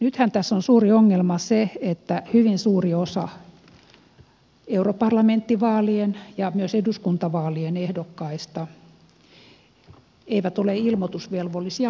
nythän tässä on suuri ongelma se että hyvin suuri osa europarlamenttivaalien ja myös eduskuntavaalien ehdokkaista ei ole ilmoitusvelvollisia lainkaan